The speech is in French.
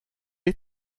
les